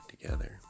together